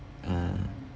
uh